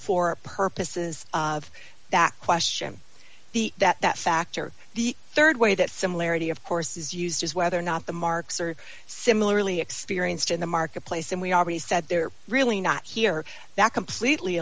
for purposes of that question the that factor the rd way that similarity of course is used as whether or not the marks are similarly experienced in the marketplace and we already said they're really not here that completely